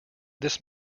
this